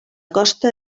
costa